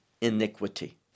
iniquity